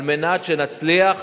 על מנת שנצליח